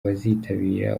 bazitabira